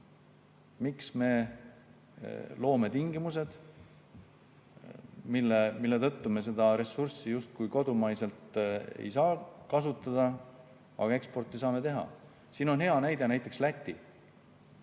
miks me loome tingimused, mille tõttu me seda ressurssi justkui kodumaal ei saa kasutada, aga eksportida saame. Siin on hea näide Läti. Läti